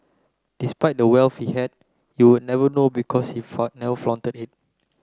despite the wealth he had you would never know because he never flaunted it